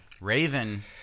Raven